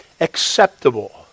acceptable